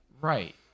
right